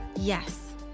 Yes